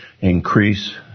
increase